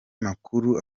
makuru